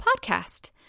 Podcast